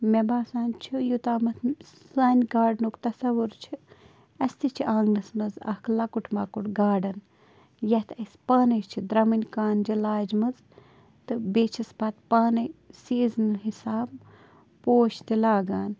مےٚ باسان چھُ یوٚتامَتھ نہٕ سانہِ گاڈنُک تصّوُر چھِ اَسہِ تہِ چھِ آنٛگَنَس منٛز اَکھ لۄکُٹ مۄکُٹ گاڈَن یَتھ أسۍ پانَے چھِ درٛمٕنۍ کانٛجہِ لاجمَژ تہٕ بیٚیہِ چھَس پَتہٕ پانَے سیٖزنہٕ حِساب پوش تہِ لاگان